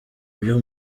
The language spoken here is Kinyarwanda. ibyo